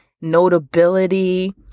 notability